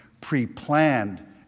pre-planned